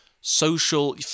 social